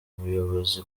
ubuyobozi